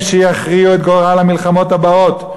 הם שיכריעו את גורל המלחמות הבאות.